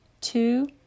Two